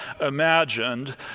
imagined